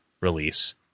release